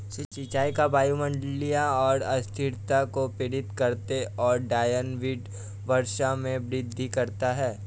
सिंचाई का वायुमंडलीय अस्थिरता को प्रेरित करता है और डाउनविंड वर्षा में वृद्धि करता है